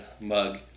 mug